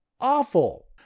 awful